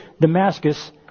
Damascus